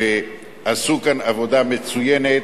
שעשו כאן עבודה מצוינת.